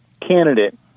candidate